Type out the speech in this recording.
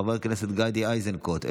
חבר הכנסת גדי איזנקוט,